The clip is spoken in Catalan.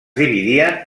dividien